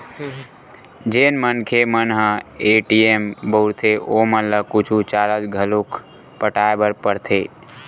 जेन मनखे मन ह ए.टी.एम बउरथे ओमन ल कुछु चारज घलोक पटाय बर परथे